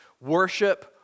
Worship